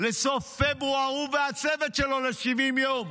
לסוף פברואר, הוא והצוות שלו, ל-70 יום.